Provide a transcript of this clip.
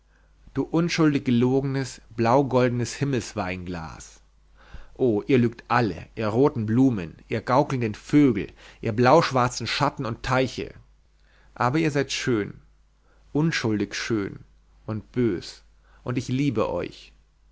du unschuldig gelogenes blaugoldenes himmelsweinglas o ihr lügt alle ihr roten blumen ihr gaukelnden vögel ihr blauschwarzen schatten und teiche aber ihr seid schön unschuldig schön und bös und ich liebe euch